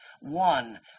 One